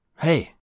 Hey